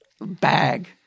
bag